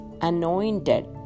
anointed